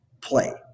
play